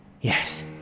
Yes